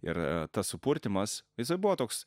ir tas supurtymas jisai buvo toks